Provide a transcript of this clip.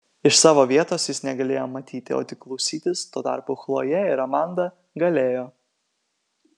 iš savo vietos jis negalėjo matyti o tik klausytis tuo tarpu chlojė ir amanda galėjo